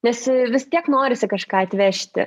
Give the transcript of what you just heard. nes vis tiek norisi kažką atvežti